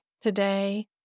today